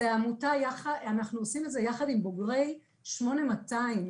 זו עמותה ואנחנו עושים את זה יחד עם בוגרי חטיבת 8200,